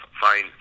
fine